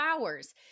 hours